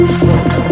fuck